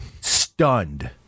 stunned